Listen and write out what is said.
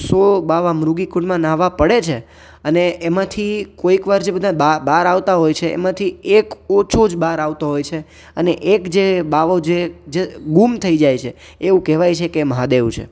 સો બાવા મૃગીકુંડમાં ન્હાવા પડે છે અને એમાંથી કોઈક વાર જે બધા બહાર આવતા હોય છે એમાંથી એક ઓછો જ બહાર આવતો હોય છે અને એક જે બાવો જે જે ગુમ થઈ જાય છે એવું કહેવાય છે કે એ મહાદેવ છે